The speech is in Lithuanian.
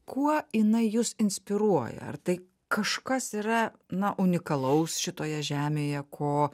kuo jinai jus inspiruoja ar tai kažkas yra na unikalaus šitoje žemėje ko